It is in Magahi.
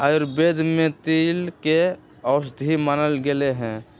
आयुर्वेद में तिल के औषधि मानल गैले है